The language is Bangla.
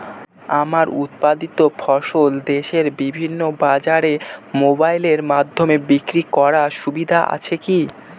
আমার উৎপাদিত ফসল দেশের বিভিন্ন বাজারে মোবাইলের মাধ্যমে বিক্রি করার সুবিধা আছে কি?